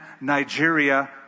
Nigeria